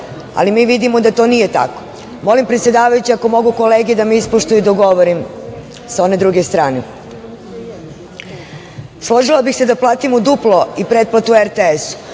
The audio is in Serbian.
ali mi vidimo da to nije tako. Molim predsedavajuće ako mogu kolege da me ispoštuju dok govorim, sa one druge strane. Složila bih se da platimo duplo i pretplatu RTS-u,